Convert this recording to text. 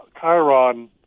Chiron